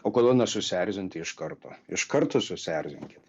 o kodėl nesusierzinti iš karto iš karto susierzinkit